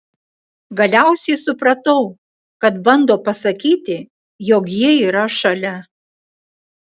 galiausiai supratau kad bando pasakyti jog ji yra šalia